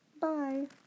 bye